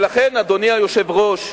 ולכן, אדוני היושב-ראש,